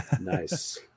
Nice